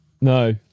No